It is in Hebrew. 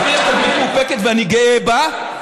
אז לי יש תדמית מאופקת, ואני גאה בה,